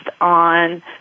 on